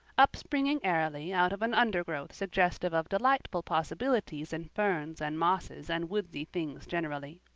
upspringing airily out of an undergrowth suggestive of delightful possibilities in ferns and mosses and woodsy things generally.